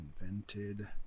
invented